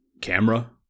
Camera